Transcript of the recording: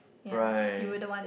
right